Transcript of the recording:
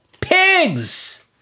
pigs